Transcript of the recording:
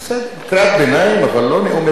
קריאת ביניים, אבל לא נאומי ביניים.